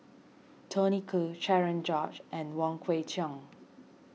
Tony Khoo Cherian George and Wong Kwei Cheong